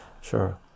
sure